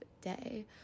day